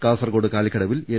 കാസർകോട് കാലിക്കടവിൽ എൽ